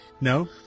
No